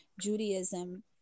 Judaism